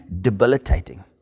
debilitating